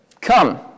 Come